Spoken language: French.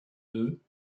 deux